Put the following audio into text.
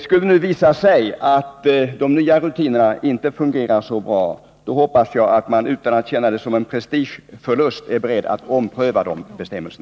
Skulle det nu visa sig att de nya rutinerna inte fungerar så bra hoppas jag att man, utan att känna det som en prestigeförlust, är beredd att ompröva dessa bestämmelser.